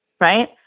right